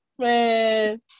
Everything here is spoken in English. man